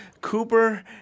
Cooper